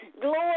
Glory